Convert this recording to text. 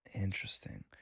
Interesting